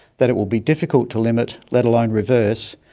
that it will be difficult to limit, let alone reverse,